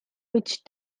which